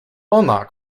ona